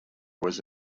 was